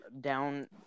down